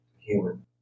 human